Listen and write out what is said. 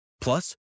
plus